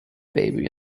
baby